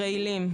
רעילים.